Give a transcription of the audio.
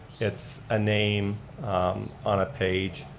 it's a name on a page.